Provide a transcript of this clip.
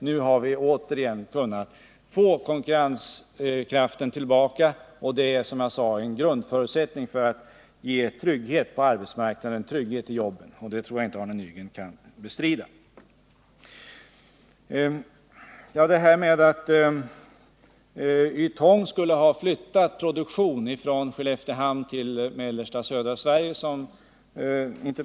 Nu har vi lyckats få konkurrenskraften tillbaka, vilket, som jag sade, är en grundförutsättning för att uppnå trygghet i arbetet. Jag tror inte att Arne Nygren kan bestrida detta. Interpellanten påstår att Ytong skulle ha flyttat sin produktion från Skelleftehamn till mellersta och södra Sverige.